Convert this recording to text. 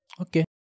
Okay